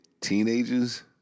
teenagers